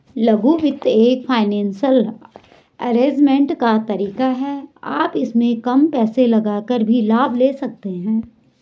लघु वित्त एक फाइनेंसियल अरेजमेंट का तरीका है आप इसमें कम पैसे लगाकर भी लाभ ले सकते हैं